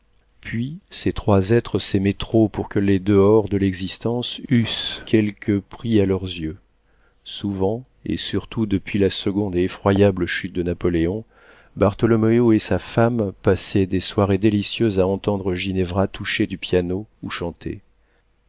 puis ces trois êtres s'aimaient trop pour que les dehors de l'existence eussent quelque prix à leurs yeux souvent et surtout depuis la seconde et effroyable chute de napoléon bartholoméo et sa femme passaient des soirées délicieuses à entendre ginevra toucher du piano ou chanter